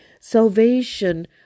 salvation